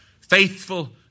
Faithful